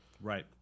Right